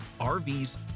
RVs